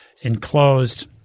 enclosed